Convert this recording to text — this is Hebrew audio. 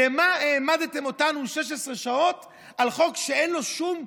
למה העמדתם אותנו 16 שעות על חוק שאין לו שום,